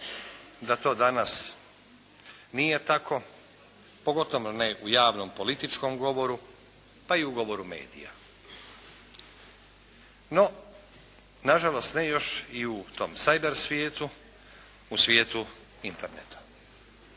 da to danas nije tako pogotovo ne u javnom političkom govoru, pa i u govoru medija. No, na žalost ne još i u tom …/Govornik se ne razumije./… u svijetu interneta.